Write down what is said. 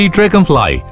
Dragonfly